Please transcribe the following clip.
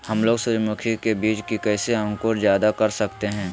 हमलोग सूरजमुखी के बिज की कैसे अंकुर जायदा कर सकते हैं?